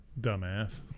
Dumbass